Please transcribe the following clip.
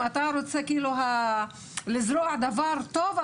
אם אתה רוצה לזרוע דבר טוב,